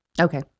Okay